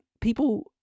people